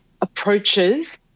approaches